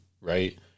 right